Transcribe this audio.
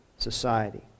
Society